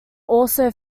also